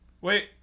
Wait